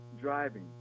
driving